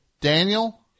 Daniel